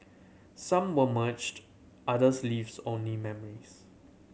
some were merged others leaves only memories